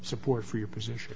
support for your position